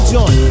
John